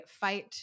fight